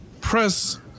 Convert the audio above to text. press